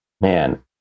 man